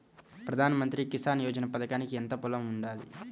ప్రధాన మంత్రి కిసాన్ యోజన పథకానికి ఎంత పొలం ఉండాలి?